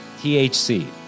THC